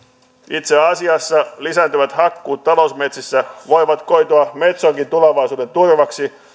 itse asiassa lisääntyvät hakkuut talousmetsissä voivat koitua metsonkin tulevaisuuden turvaksi